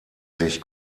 sich